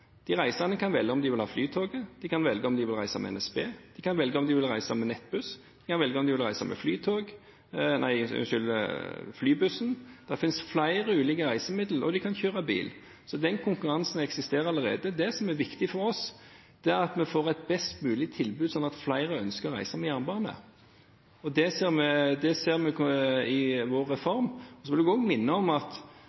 De reisende kan velge å ta flytoget, de kan velge å reise med NSB, de kan velge å reise med Nettbuss, de kan velge å reise med Flybussen – det finnes flere ulike reisemidler – og de kan kjøre bil. Så den konkurransen eksisterer allerede. Det som er viktig for oss, er at vi får et best mulig tilbud, slik at flere ønsker å reise med jernbane. Det ser vi i vår reform. Så vil jeg også minne om at